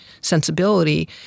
sensibility